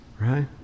Right